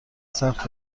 سخت